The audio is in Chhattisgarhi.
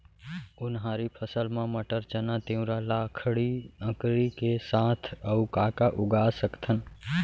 उनहारी फसल मा मटर, चना, तिंवरा, लाखड़ी, अंकरी के साथ अऊ का का उगा सकथन?